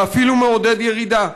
ואפילו מעודד ירידה.